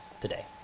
today